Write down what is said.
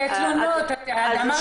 כי אמרת על התלונות --- שניה.